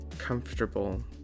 comfortable